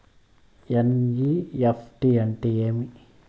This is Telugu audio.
ఎన్.ఇ.ఎఫ్.టి అంటే ఏమి